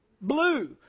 Blue